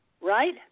right